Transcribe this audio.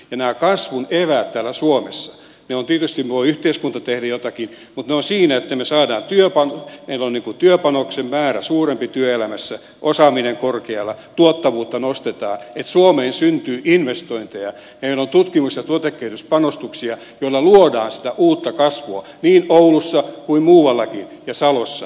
nämä kasvun eväät täällä suomessa tietysti voi yhteiskunta tehdä jotakin ovat siinä että meillä on työpanoksen määrä suurempi työelämässä osaaminen korkealla tuottavuutta nostetaan että suomeen syntyy investointeja meillä on tutkimus ja tuotekehityspanostuksia joilla luodaan sitä uutta kasvua niin oulussa kuin muuallakin ja salossa